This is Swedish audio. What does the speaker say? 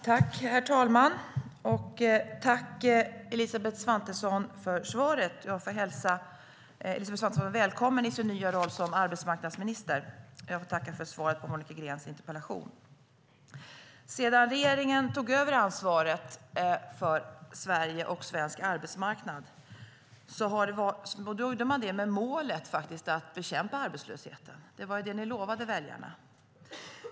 Herr talman! Tack, Elisabeth Svantesson, för svaret på Monica Greens interpellation! Jag får hälsa Elisabeth Svantesson välkommen i sin nya roll som arbetsmarknadsminister. När regeringen tog över ansvaret för Sverige och svensk arbetsmarknad gjorde man det med målet att bekämpa arbetslösheten. Det var det ni lovade väljarna.